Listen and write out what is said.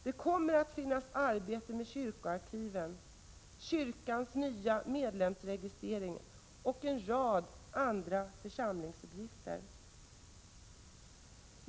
Det kommer att finnas arbete med kyrkoarkiven, kyrkans nya medlemsregistrering och en rad andra församlingsuppgifter.